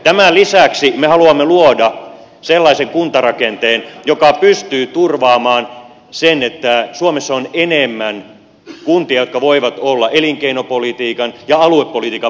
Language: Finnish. tämän lisäksi me haluamme luoda sellaisen kuntarakenteen joka pystyy turvaamaan sen että suomessa on enemmän kuntia jotka voivat olla elinkeinopolitiikan ja aluepolitiikan moottoreita